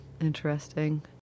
Interesting